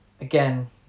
Again